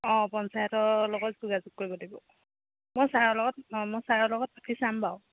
অঁ পঞ্চায়তৰ লগত যোগাযোগ কৰিব লাগিব মই ছাৰৰ লগত অঁ মই ছাৰৰ লগত পাতি চাম বাৰু